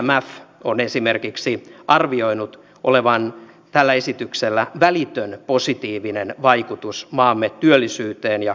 imf on esimerkiksi arvioinut tällä esityksellä olevan välitön positiivinen vaikutus maamme työllisyyteen ja kokonaistuotantoon